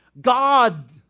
God